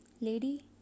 Lady